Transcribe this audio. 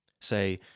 Say